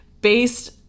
based